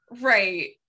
Right